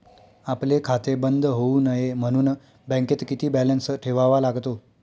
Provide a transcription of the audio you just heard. आपले खाते बंद होऊ नये म्हणून बँकेत किती बॅलन्स ठेवावा लागतो?